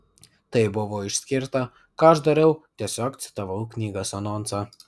tai buvo išskirta ką aš dariau tiesiog citavau knygos anonsą